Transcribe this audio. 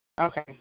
Okay